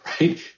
right